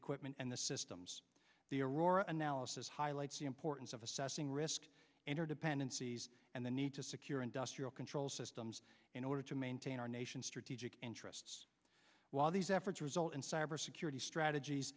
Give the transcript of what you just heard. equipment and the systems the aurora analysis highlights the importance of assessing risk interdependencies and the need to secure industrial control systems in order to maintain our nation's strategic interests while these efforts result in cybersecurity strategies